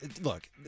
look